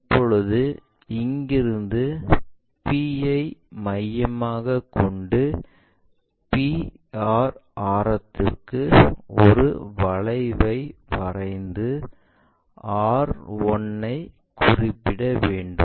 இப்போது இங்கிருந்து p ஐ மையமாக கொண்டு pr ஆரத்திற்கு ஒரு வளைவை வரைந்து r 1 ஐ குறிப்பிட வேண்டும்